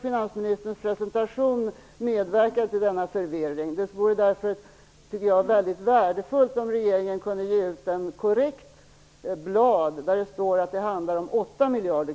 Finansministerns presentation medverkade till denna förvirring. Det vore därför värdefullt om regeringen kunde ge ut ett korrekt blad, där det står att det handlar om 8 miljarder.